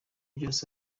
byose